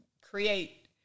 create